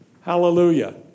Hallelujah